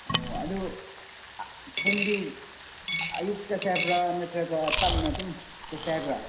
ꯑꯣ ꯑꯗꯨ ꯄꯨꯡꯗꯤ ꯑꯌꯨꯛ ꯆꯠꯁꯦ ꯍꯥꯏꯕ꯭ꯔꯥ ꯅꯠꯇ꯭ꯔꯒ ꯇꯞꯅ ꯑꯗꯨꯝ ꯆꯠꯁꯦ ꯍꯥꯏꯕ꯭ꯔꯥ